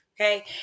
Okay